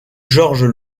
georges